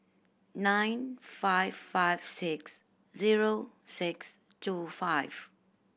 nine five five six zero six two five